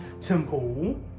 Temple